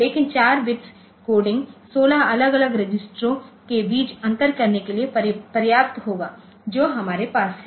लेकिन 4 bit coding 16 अलग अलग रजिस्टरों के बीच अंतर करने के लिए पर्याप्त होगा जो हमारे पास हैं